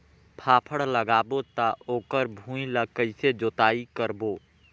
फाफण लगाबो ता ओकर भुईं ला कइसे जोताई करबो?